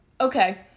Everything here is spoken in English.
okay